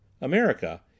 America